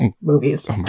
movies